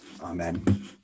Amen